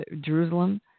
Jerusalem